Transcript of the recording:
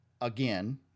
Again